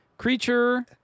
Creature